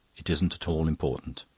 it isn't at all important.